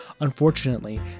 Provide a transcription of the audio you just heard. Unfortunately